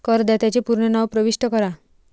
करदात्याचे पूर्ण नाव प्रविष्ट करा